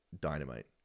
dynamite